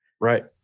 Right